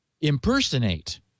impersonate